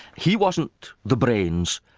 he wasn't the brains,